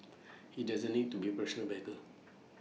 he doesn't need to be professional beggar